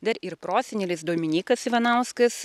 dar ir prosenelis dominykas ivanauskas